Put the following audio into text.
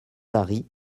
vari